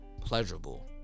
pleasurable